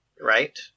right